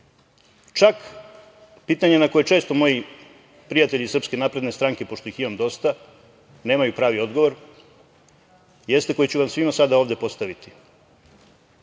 čak pitanje na koje često moji prijatelji iz SNS, pošto ih imam dosta, nemaju pravi odgovor, jeste koje ću vam svima sada ovde postaviti. Neka